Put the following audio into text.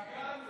התגעגענו.